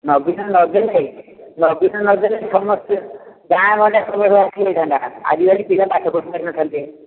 ନବୀନ ନ ଦେଲେ ନବୀନ ନ ଦେଲେ ସମସ୍ତେ ଗାଁ ଗଣ୍ଡା ସବୁ ଭାସିଯାଇଥାନ୍ତା ଆଜି କାଲି ପିଲା ପାଠ ପଢ଼ିପାରିନଥାନ୍ତେ